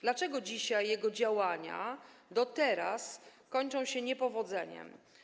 Dlaczego dzisiaj jego działania do teraz kończą się niepowodzeniem?